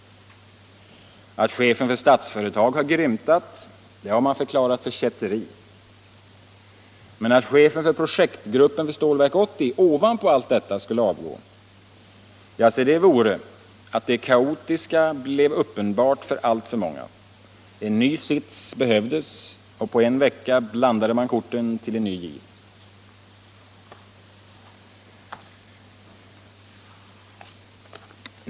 Att chefen för Statsföretag har grymtat har man förklarat för kätteri. Men att chefen för projektgruppen för Stålverk 80 ovanpå allt detta skulle avgå, ja, se det skulle innebära att det kaotiska blev uppenbart för alltför många! En ny sits behövdes, och på en vecka blandade man korten till en ny giv.